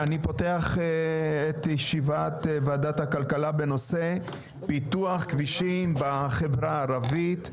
אני פותח את ישיבת ועדת הכלכלה בנושא פיתוח כבישים בחברה הערבית.